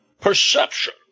perception